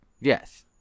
Yes